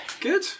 Good